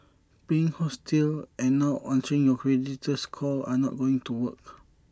being hostile and not answering your creditor's call are not going to work